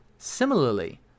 Similarly